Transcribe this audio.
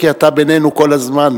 כי אתה בינינו כל הזמן.